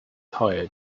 tired